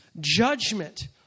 judgment